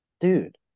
Dude